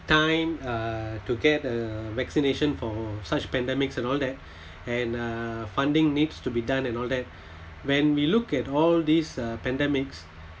time err to get a vaccination for such pandemics and all that and err funding needs to be done and all that when we look at all these uh pandemics